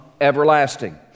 everlasting